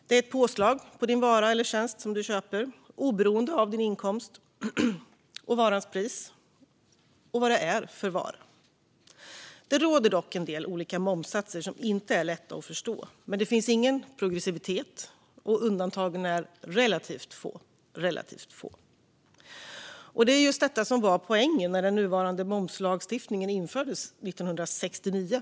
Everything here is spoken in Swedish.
Det är ett påslag på den vara eller tjänst som du köper som inte är beroende av din inkomst utan av varans pris och vad det är för vara. Det råder dock en del olika momssatser som inte är lätta att förstå, men det finns ingen progressivitet, och undantagen är relativt få. Det var just detta som var poängen när den nuvarande momslagstiftningen infördes 1969.